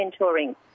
mentoring